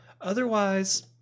Otherwise